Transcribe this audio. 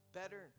better